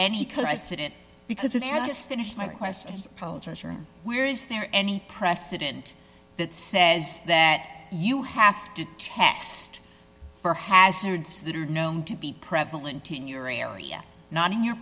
in because there just finish my question where is there any precedent that says that you have to test for hazards that are known to be prevalent in your area not in your